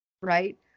right